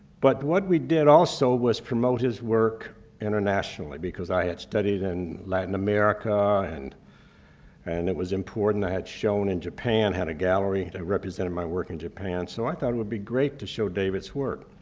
but what we did also was, promote his work internationally, because i had studied in latin america. and and it was important. i had shown in japan, had a gallery that represented my work in japan. so i thought it would be great to show david's work.